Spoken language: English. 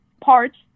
parts